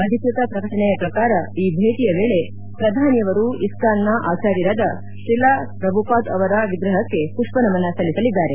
ಅಧಿಕೃತ ಪ್ರಕಟಣೆಯ ಪ್ರಕಾರ ಈ ಭೇಟಿಯ ವೇಳೆ ಪ್ರಧಾನಿಯವರು ಇಸ್ಥಾನ್ನ ಆಚಾರ್ಯರಾದ ಶ್ರಿಲಾ ಪ್ರಭುಪಾದ್ ಅವರ ವಿಗ್ರಹಕ್ಕೆ ಮಷ್ಪನಮನ ಸಲ್ಲಿಸಲಿದ್ದಾರೆ